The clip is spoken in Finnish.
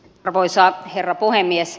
arvoisa herra puhemies